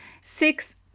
six